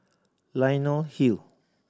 Leonie Hill